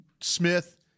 Smith